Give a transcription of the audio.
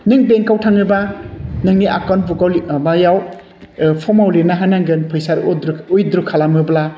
नों बेंकयाव थाङोबा नोंनि एकाउन्ट बुकआव माबायाव फर्मआव लिरना होनांगोन फैसा उइद्र' खालामोब्ला